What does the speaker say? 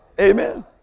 Amen